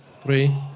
three